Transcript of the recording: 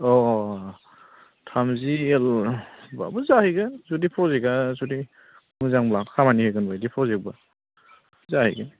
औ औ औ थामजि एलबाबो जायो जुदि प्र'जेक्टआ जुदि मोजांब्ला खामानि होगोनबायदि प्र'जेक्टब्ला जायो